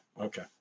Okay